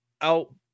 out